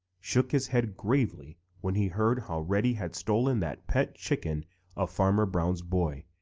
shook his head gravely when he heard how reddy had stolen that pet chicken of farmer brown's boy,